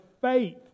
faith